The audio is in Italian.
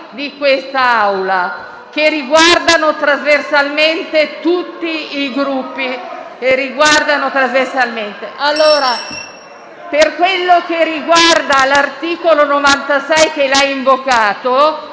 in quest'Aula, che riguardano trasversalmente tutti i Gruppi. Per quello che riguarda l'articolo 92, comma 1, che lei ha invocato,